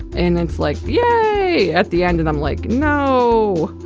and it's like, yeah yay, at the end, and i'm like, no